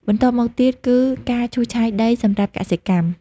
បន្ទាប់មកទៀតគឺ ការឈូសឆាយដីសម្រាប់កសិកម្ម។